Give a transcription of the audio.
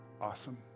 Awesome